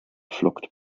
flockt